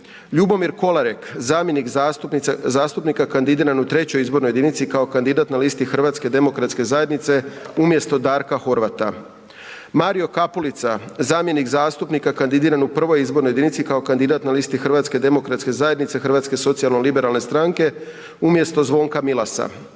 Ljubomir Kolarek, zamjenik zastupnika kandidiran u 3. izbornoj jedinici kao kandidat na listi Hrvatske demokratske zajednice, umjesto Darka Horvata, Mario Kapulica, zamjenik zastupnika kandidiran u 1. izbornoj jedinici kao kandidatkinja na listi Hrvatske demokratske zajednice, Hrvatsko socijalno-liberalne stranke, HSLS umjesto Zvonka Milasa;